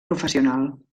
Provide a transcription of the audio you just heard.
professional